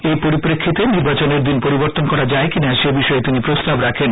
এই পরিপ্রেক্ষিতে নির্বাচনের দিন পরিবর্তন করা যায় কিনা সে বিষয়ে তিনি প্রস্তাব রাখেন